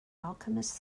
alchemist